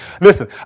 listen